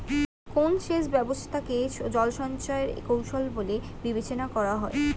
কোন সেচ ব্যবস্থা কে জল সঞ্চয় এর কৌশল বলে বিবেচনা করা হয়?